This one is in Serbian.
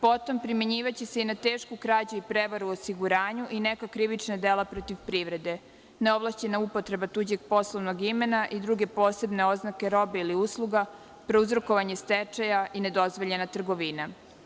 Potom primenjivaće se i na tešku krađu i prevaru u osiguranju i neka krivična dela protiv privrede, neovlašćena upotreba tuđeg poslovnog imena i druge posebne oznake robe ili usluga, prouzrokovanje stečaja i nedozvoljena trgovina.